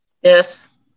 Yes